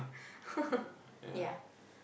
yeah